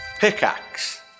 Pickaxe